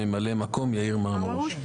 ממלא המקום הוא יאיר מרמרוש.